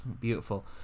beautiful